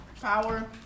power